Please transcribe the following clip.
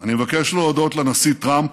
אני מבקש להודות לנשיא טראמפ,